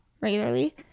regularly